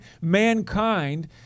mankind